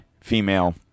female